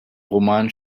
roman